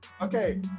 Okay